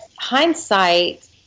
hindsight